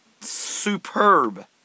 superb